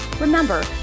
Remember